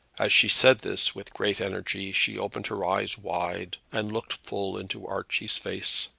as she said this with great energy, she opened her eyes wide, and looked full into archie's face.